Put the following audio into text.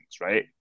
right